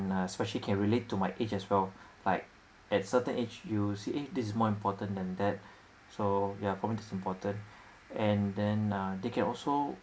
uh especially can relate to my age as well like at certain age you see eh this is more important than that so yeah for me this is important and then uh they can also